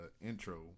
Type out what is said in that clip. intro